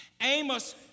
Amos